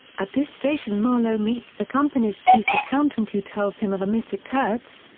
at this station marlow meets the company's chief accountant who tells him of a mr. kurtz,